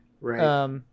Right